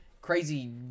crazy